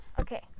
Okay